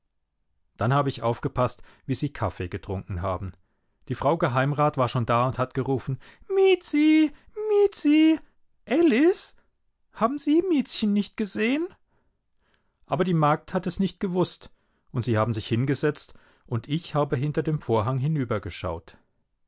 dann habe ich aufgepaßt wie sie kaffee getrunken haben die frau geheimrat war schon da und hat gerufen miezi miezi elis haben sie miezchen nicht gesehen aber die magd hat es nicht gewußt und sie haben sich hingesetzt und ich habe hinter dem vorhang